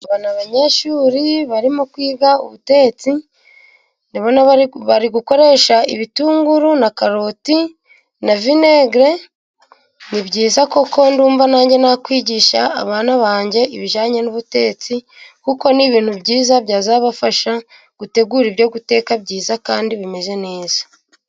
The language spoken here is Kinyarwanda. Aba ni abanyeshuri barimo kwiga ubutetsi, ndabona bari gukoresha ibitunguru na karoti na vinegere. Ni byiza kuko ndumva nanjye nakwigisha abana banjye ibijyanye n'ubutetsi, kuko ni ibintu byiza byazabafasha gutegura ibyo guteka byiza, kandi bimeze neza.